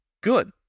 Good